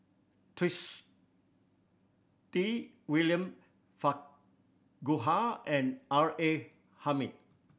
Twisstii William Farquhar and R A Hamid